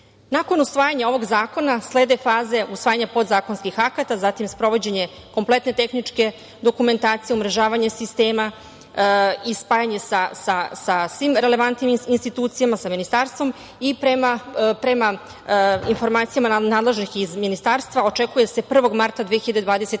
usvajanja ovog zakona slede faze usvajanja podzakonskih akata, zatim sprovođenje kompletne tehničke dokumentacije, umrežavanje sistema i spajanje sa svim relevantnim institucijama, sa ministarstvom i prema informacijama nadležnih iz ministarstva očekuje se 1. marta 2022.